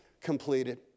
completed